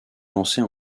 lancer